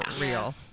real